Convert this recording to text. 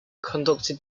conducted